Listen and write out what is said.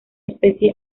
especie